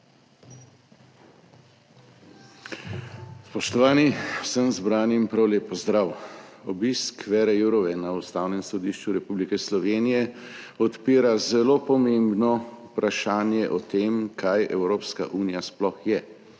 Spoštovani, vsem zbranim prav lep pozdrav! Obisk Vere Jourove na Ustavnem sodišču Republike Slovenije odpira zelo pomembno vprašanje o tem, kaj Evropska unija sploh je